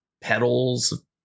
petals